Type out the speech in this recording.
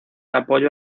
apoyo